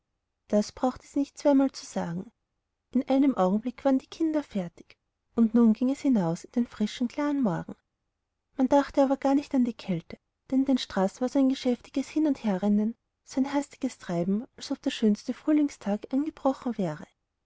das brauchte sie nicht zweimal zu sagen in einem augenblick waren die kinder fertig und nun ging es hinaus in den frischen klaren morgen man dachte aber gar nicht an die kälte denn in den straßen war ein so geschäftiges hin und herrennen ein so hastiges treiben als ob der schönste frühlingstag angebrochen wäre